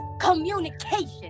communication